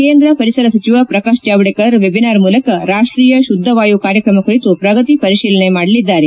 ಕೇಂದ್ರ ಪರಿಸರ ಸಚಿವ ಪ್ರಕಾಶ್ ಜಾವಡೇಕರ್ ವೆಬಿನಾರ್ ಮೂಲಕ ರಾಷ್ಷೀಯ ಶುಧ್ಲವಾಯು ಕಾರ್ಯಕ್ರಮ ಕುರಿತು ಶ್ರಗತಿ ಪರಿತೀಲನೆ ಮಾಡಲಿದ್ದಾರೆ